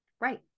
Right